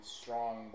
strong